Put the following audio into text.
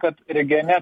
kad regione